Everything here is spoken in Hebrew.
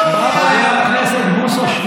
חבר כנסת בוסו,